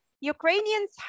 Ukrainians